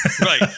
Right